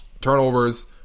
turnovers